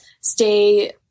stay